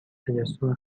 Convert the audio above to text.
تجسم